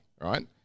right